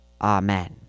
Amen